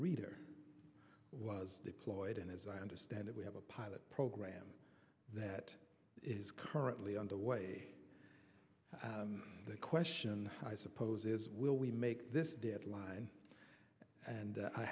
reader was deployed and as i understand it we have a pilot program that is currently underway the question i suppose is will we make this deadline and